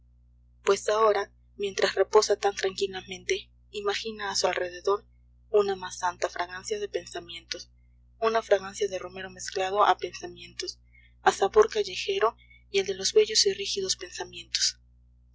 pues ahora mientras reposa tan tranquilamente imagina a su alrededor una más santa fragancia de pensamientos una fragancia de romero mezclado a pensamientos a sabor callejero y al de los bellos y rígidos pensamientos